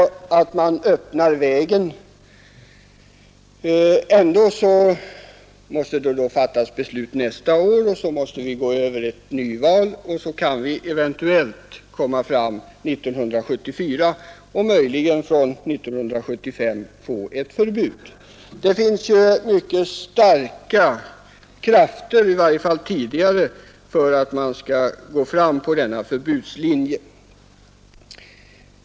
Detta skulle öppna vägen. Beslutet måste fattas nästa år, man måste avvakta ett nyval, och sedan kan man eventuellt få ett beslut år 1974 och möjligen från år 1975 få ett förbud mot reklam. Det har i varje fall tidigare funnits mycket starka krafter som arbetar för att man skall gå fram på denna förbudslinje.